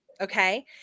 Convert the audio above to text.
okay